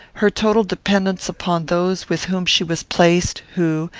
her total dependence upon those with whom she was placed, who,